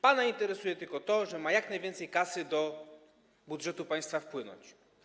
Pana interesuje tylko to, że ma jak najwięcej kasy do budżetu państwa wpłynąć.